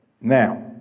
Now